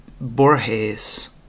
Borges